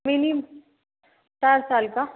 नहीं नहीं पाँच साल का